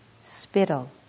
spittle